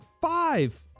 five